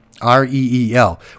r-e-e-l